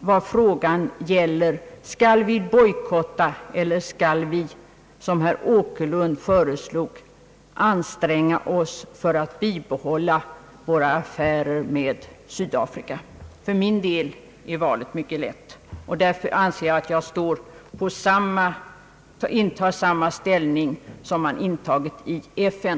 vad frågan gäller: Skall vi bojkotta eller skall vi anstränga oss, som herr Åkerlund föreslog, att bibehålla våra affärer med Sydafrika? För min del är valet här mycket lätt, och tror att jag intar samma ställning som man gör i FN.